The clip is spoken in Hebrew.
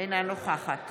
אינה נוכחת